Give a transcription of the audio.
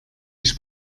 ich